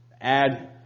Add